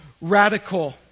radical